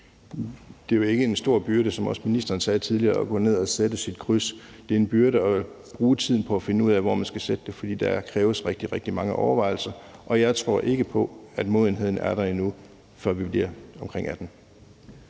er det ikke en stor byrde at gå ned og sætte sit kryds. Det er en byrde at bruge tiden på at finde ud af, hvor man skal sætte det, fordi der kræves rigtig, rigtig mange overvejelser, og jeg tror ikke på, at modenheden er der, før man bliver omkring 18